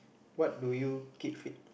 what do you keep fit